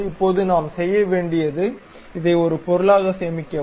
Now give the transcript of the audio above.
இப்போது நாம் செய்ய வேண்டியது இதை ஒரு பொருளாக சேமிக்கவும்